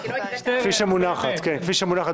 כפי שמונחת?